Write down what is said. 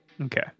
Okay